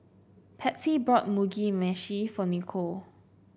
Patsy bought Mugi Meshi for Nichol